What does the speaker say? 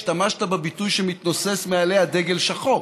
השתמשת בביטוי: שמתנוסס מעליה דגל שחור.